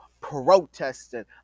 protesting